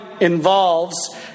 involves